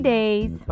Days